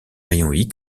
rayons